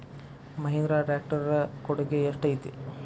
Mahindra tractor ಕೊಡುಗೆ ಎಷ್ಟು ಐತಿ?